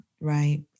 Right